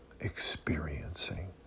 experiencing